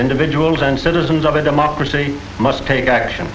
individuals and citizens of a democracy must take action